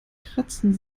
kratzen